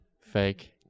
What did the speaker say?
Fake